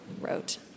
wrote